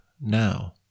now